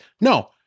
No